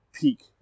peak